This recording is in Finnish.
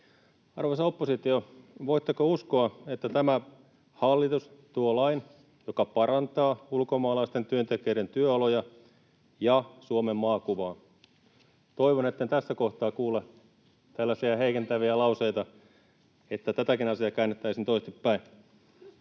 Arvoisa oppositio, voitteko uskoa, että tämä hallitus tuo lain, joka parantaa ulkomaalaisten työntekijöiden työoloja ja Suomen maakuvaa? Toivon, että en tässä kohtaa kuule heikentäviä lauseita, että tätäkin asiaa käännettäisiin toisinpäin.